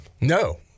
no